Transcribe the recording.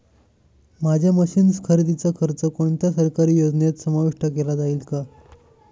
माझ्या मशीन्स खरेदीचा खर्च कोणत्या सरकारी योजनेत समाविष्ट केला जाईल का?